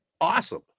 awesome